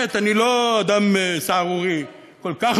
אבל אין אומץ ציבורי לעשות את הדבר הזה.